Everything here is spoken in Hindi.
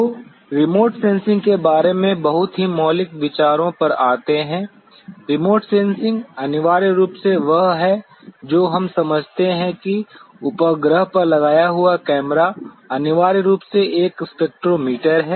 तो रिमोट सेंसिंग के बारे में बहुत ही मौलिक विचारों पर आते हैं रिमोट सेंसिंग अनिवार्य रूप से वह है जो हम समझते हैं कि उपग्रह पर लगाया हुआ कैमरा अनिवार्य रूप से एक स्पेक्ट्रोमीटर है